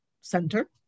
center